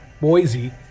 boise